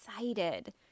excited